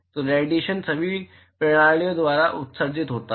तो रेडिएशन सभी प्रणालियों द्वारा उत्सर्जित होता है